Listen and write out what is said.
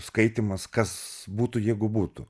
skaitymas kas būtų jeigu būtų